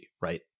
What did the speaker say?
Right